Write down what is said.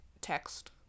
text